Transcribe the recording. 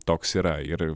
toks yra ir